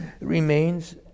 remains